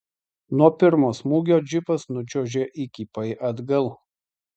nuo pirmo smūgio džipas nučiuožė įkypai atgal